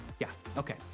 yeah. okay.